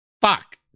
Fuck